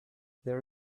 there